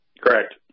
Correct